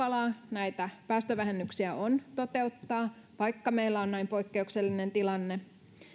näitä päästövähennyksiä on toteuttaa vaikka meillä on näin poikkeuksellinen tilanne